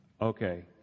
okay